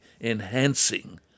enhancing